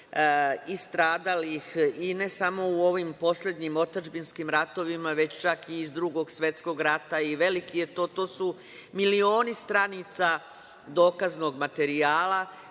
i stradalih i ne samo u ovim poslednjim otadžbinskim ratovima, već čak i iz Drugog svetskog rata i veliki je to, to su milioni stranica dokaznog materijala